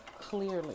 clearly